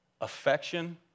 affection